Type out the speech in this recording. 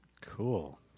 cool